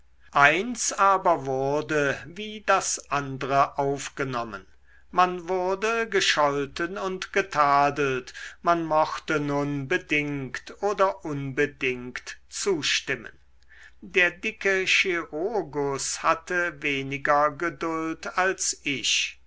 eins aber wurde wie das andre aufgenommen man wurde gescholten und getadelt man mochte nun bedingt oder unbedingt zustimmen der dicke chirurgus hatte weniger geduld als ich